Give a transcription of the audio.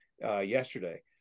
yesterday